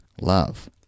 love